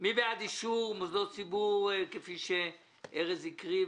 מי בעד אישור מוסדות ציבור כפי שארז הקריא,